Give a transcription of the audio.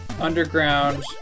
underground